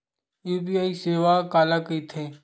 UPI सेवा काला कइथे?